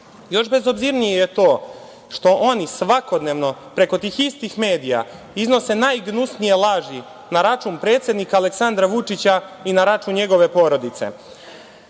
bezobzirnije je to što oni svakodnevno preko tih istih medija iznose najgnusnije laži na račun predsednika Aleksandra Vučića i na račun njegove porodice.